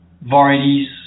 varieties